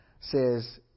says